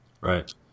Right